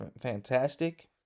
fantastic